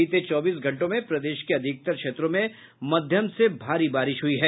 बीते चौबीस घंटों में प्रदेश के अधिकतर क्षेत्रों में मध्यम से भारी बारिश हुई है